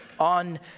On